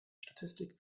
statistik